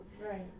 Right